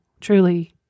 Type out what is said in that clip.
truly